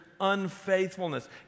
unfaithfulness